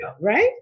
Right